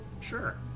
Sure